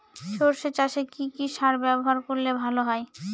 সর্ষে চাসে কি কি সার ব্যবহার করলে ভালো হয়?